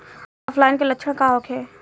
ऑफलाइनके लक्षण का होखे?